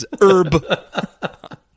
Herb